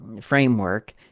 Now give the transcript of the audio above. framework